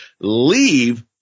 leave